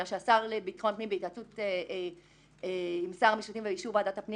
אלא שהשר לביטחון פנים בהתייעצות עם שר המשפטים ובאישור ועדת הפנים